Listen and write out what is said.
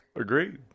Agreed